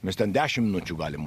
mes ten dešim minučių galim